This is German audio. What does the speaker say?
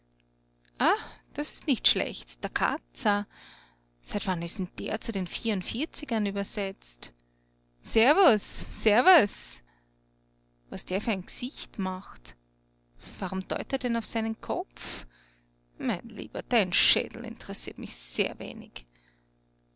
ah das ist nicht schlecht der katzer seit wann ist denn der zu den vierundvierzigern übersetzt servus servus was der für ein g'sicht macht warum deut er denn auf seinen kopf mein lieber dein schädel interessiert mich sehr wenig